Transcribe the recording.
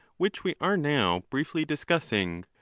which we are now briefly discussing.